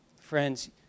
Friends